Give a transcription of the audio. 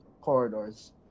corridors